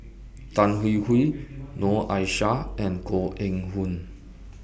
Tan Hwee Hwee Noor Aishah and Koh Eng Hoon